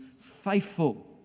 faithful